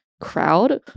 crowd